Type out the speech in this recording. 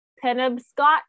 Penobscot